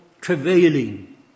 travailing